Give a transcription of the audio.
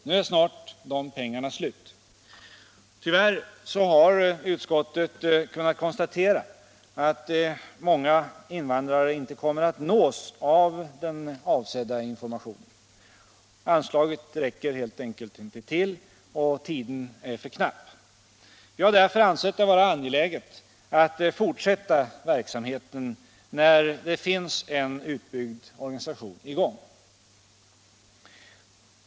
Nu är snart de pengarna slut. Tyvärr har utskottet kunnat konstatera att många invandrare inte kommer att nås av den avsedda informationen. Anslaget räcker helt enkelt inte till och tiden är för knapp. Vi har därför ansett det vara angeläget att fortsätta verksamheten när det finns en utbyggd organisation i gång.